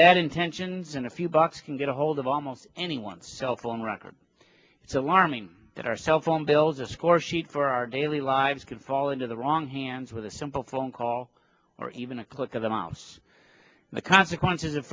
bad intentions and a few bucks can get ahold of almost anyone's cell phone records it's alarming that our cell phone bills a score sheet for our daily lives can follow into the wrong hands with a simple phone call or even a click of a mouse the consequences of